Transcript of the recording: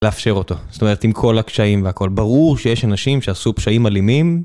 לאפשר אותו, זאת אומרת עם כל הקשיים והכל, ברור שיש אנשים שעשו פשעים אלימים.